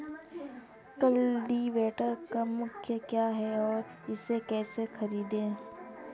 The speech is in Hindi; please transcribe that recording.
कल्टीवेटर का मूल्य क्या है और इसे कैसे खरीदें?